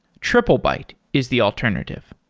triplebyte is the alternative.